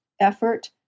effort